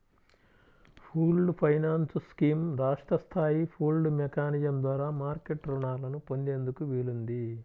pooled finance scheme రాష్ట్ర స్థాయి pooled mechanism ద్వారా మార్కెట్ రుణాలను పొందేందుకు వీలుంది